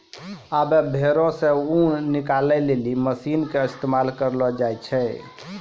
आबै भेड़ो से ऊन निकालै लेली मशीन के इस्तेमाल करलो जाय छै